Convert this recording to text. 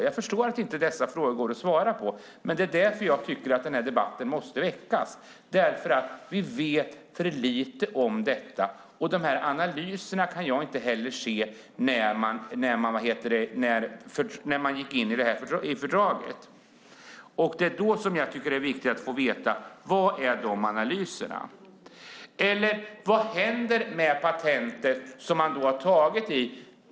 Jag förstår att inte dessa frågor går att svara på. Det är därför jag tycker att den här debatten måste väckas. Vi vet för lite om detta. Jag har inte sett några analyser av det här när man anslöt sig till fördraget. Därför tycker jag att det är viktigt att få veta: Var är de analyserna? Vad händer med patentet som har tagits?